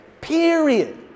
Period